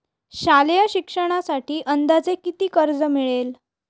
शालेय शिक्षणासाठी अंदाजे किती कर्ज मिळेल?